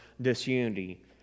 disunity